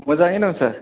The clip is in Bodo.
मोजाङै दं सार